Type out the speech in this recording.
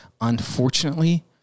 Unfortunately